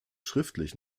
schriftlich